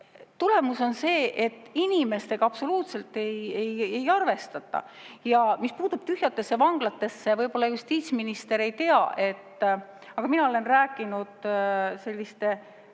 tulemus on see, et inimestega absoluutselt ei arvestata. Mis puutub tühjadesse vanglatesse, võib-olla justiitsminister ei tea, aga mina olen rääkinud selliste